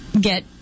get